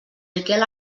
miquel